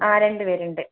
ആ രണ്ടുപേരുണ്ട്